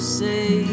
say